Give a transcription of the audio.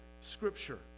scripture